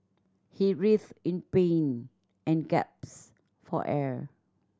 he writhed in pain and gasped for air